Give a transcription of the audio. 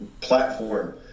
platform